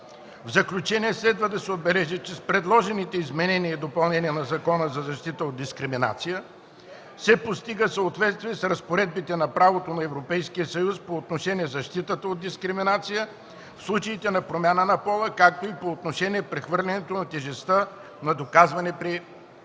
В заключение следва да се отбележи, че с предложените изменения и допълнения на Закона за защита от дискриминация се постига съответствие с разпоредбите на правото на Европейския съюз по отношение защитата от дискриминация в случаите на промяна на пола, както и по отношение прехвърлянето на тежестта на доказване при дискриминация.